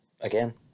Again